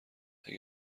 اگه